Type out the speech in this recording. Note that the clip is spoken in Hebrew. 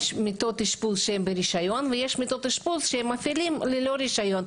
יש מיטות אשפוז שהם ברישיון ויש מיטות אשפוז שהם מפעילים ללא רישיון.